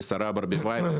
לשרה ברביבאי,